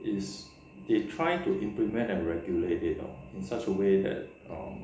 is they try to implement and regulate it out such a way that um